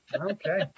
Okay